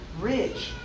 rich